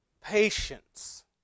patience